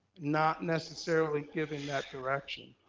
not necessarily giving that direction.